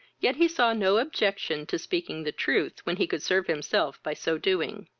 yet he saw no objection to speaking the truth when he could serve himself by so doing.